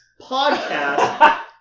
podcast